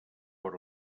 per